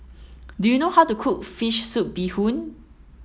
do you know how to cook fish soup bee hoon